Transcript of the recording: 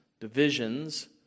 divisions